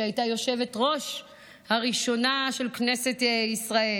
שהייתה היושבת-ראש הראשונה של כנסת ישראל,